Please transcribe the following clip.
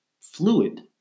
fluid